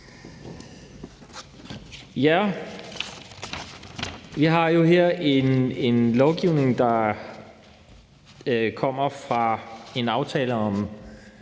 Vi har her et lovforslag, der kommer af en aftale om